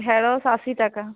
ঢ্যাঁড়স আশি টাকা